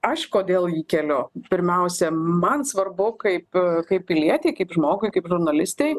aš kodėl jį keliu pirmiausia man svarbu kaip kaip pilietei kaip žmogui kaip žurnalistei